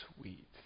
sweet